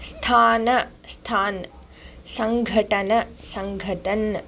स्थान स्थान् सङ्घटन सङ्घटन्